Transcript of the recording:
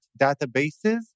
databases